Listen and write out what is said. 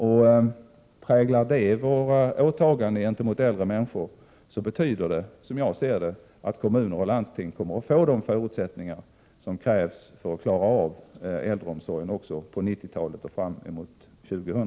Om detta präglar våra åtaganden gentemot äldre människor, betyder det att kommuner och landsting kommer att få de förutsättningar som krävs för att klara äldreomsorgen också på 1990-talet och fram emot år 2000.